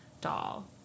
doll